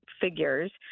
figures